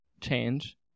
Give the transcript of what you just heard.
change